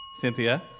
Cynthia